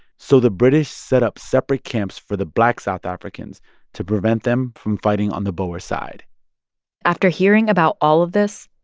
so the british set up separate camps for the black south africans to prevent them from fighting on the boer side after hearing about all of this,